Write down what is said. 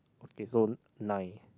okay so nine